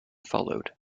followed